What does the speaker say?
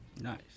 Nice